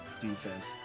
defense